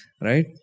Right